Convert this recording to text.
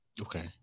Okay